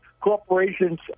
corporations